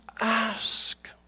ask